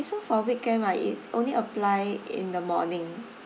so for weekend right it only apply in the morning